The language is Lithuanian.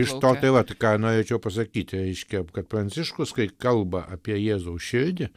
iš to tai vat ką noeėčiau pasakyti reiškia kad pranciškus kai kalba apie jėzaus širdį